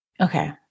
Okay